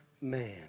man